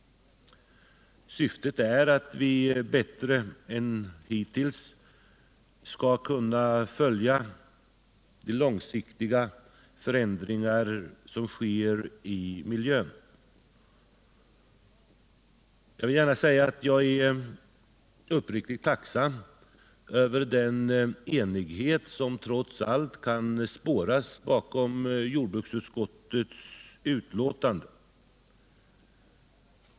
Syftet är att vi bättre än hittills skall kunna följa långsiktiga förändringar i miljön. Jag vill gärna säga att jag är uppriktigt tacksam över den enighet som trots allt kan spåras bakom jordbruksutskottets betänkande.